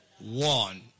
One